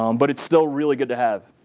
um but it's still really good to have.